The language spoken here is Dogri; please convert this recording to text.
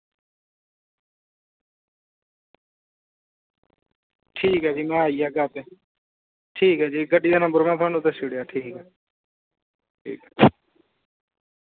ठीक ऐ भी आई जाह्गा ठीक ऐ भी गड्डियै दा नंबर लखाई ओड़ेआ भी